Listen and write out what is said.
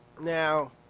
Now